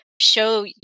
show